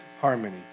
harmony